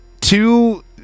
Two